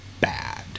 bad